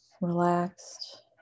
relaxed